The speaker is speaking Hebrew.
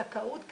זכאות כללית,